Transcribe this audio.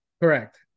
Correct